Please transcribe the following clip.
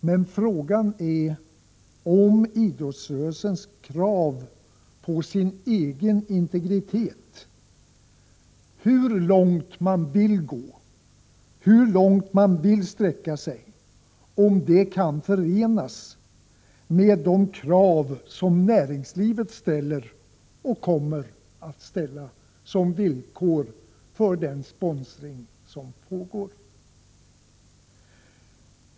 Men frågan gäller idrottsrörelsens krav på sin egen integritet — hur långt man vill gå, hur långt man vill sträcka sig och om detta kan förenas med de krav som näringslivet ställer och kommer att ställa som villkor för den sponsring som pågår.